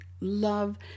love